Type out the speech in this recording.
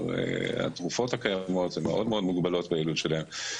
התרופות הקיימות מאוד מאוד מוגבלות ביעילות שלהן.